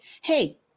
hey